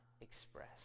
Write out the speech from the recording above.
express